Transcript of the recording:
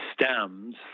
stems